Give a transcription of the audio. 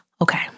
Okay